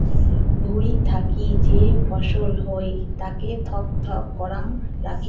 ভুঁই থাকি যে ফছল হই তাকে থক থক করাং রাখি